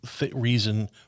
reason